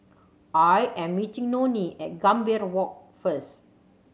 I am meeting Nonie at Gambir Walk first